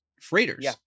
freighters